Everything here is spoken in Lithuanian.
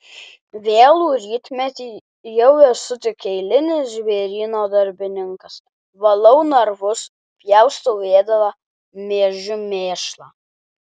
vėlų rytmetį jau esu tik eilinis žvėryno darbininkas valau narvus pjaustau ėdalą mėžiu mėšlą